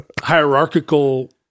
hierarchical